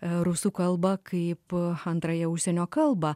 rusų kalbą kaip antrąją užsienio kalbą